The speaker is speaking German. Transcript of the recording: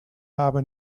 habe